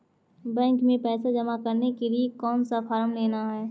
Bank में पैसा जमा करने के लिए कौन सा फॉर्म लेना है?